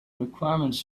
requirements